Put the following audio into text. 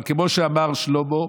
אבל כמו שאמר שלמה,